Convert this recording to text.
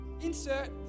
insert